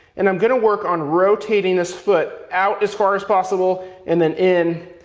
and i'm going to work on rotating this foot out as far as possible, and then in,